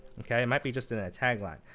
it might be just in a tagline.